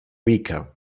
weaker